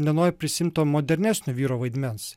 nenori prisiimti to modernesnio vyro vaidmens